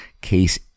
case